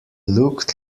looked